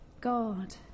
God